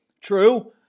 True